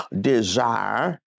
desire